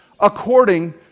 according